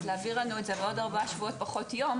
אז להעביר לנו את זה בעוד ארבעה שבועות פחות יום